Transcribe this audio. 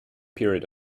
period